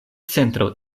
centro